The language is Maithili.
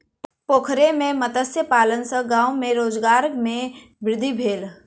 पोखैर में मत्स्य पालन सॅ गाम में रोजगार में वृद्धि भेल